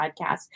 podcast